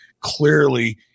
clearly